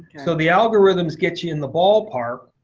so the algorithms get you in the ballpark,